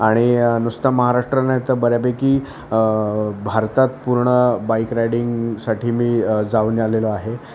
आणि नुसता महाराष्ट्र नाही तर बऱ्यापैकी भारतात पूर्ण बाईक रायडिंगसाठी मी जाऊन आलेलो आहे